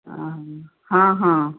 ହଁ ହଁ